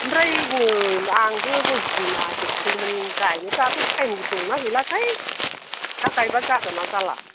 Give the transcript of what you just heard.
ओमफ्राय आंबो गय फुलि नागिरदोंमोन गायनो दाथ' टाइम दंना गैलाथाय दा गायबा जागोन ना जाला